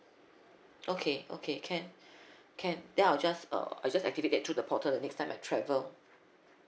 okay okay can can then I'll just uh I'll just activate that through the portal the next time I travel